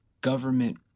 government